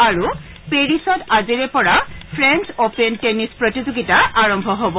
আৰু পেৰিছত আজিৰে পৰা ফ্ৰেন্স অ'পেন টেনিছ প্ৰতিযোগিতা আৰম্ভ হব